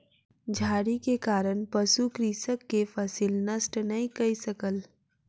झाड़ी के कारण पशु कृषक के फसिल नष्ट नै कय सकल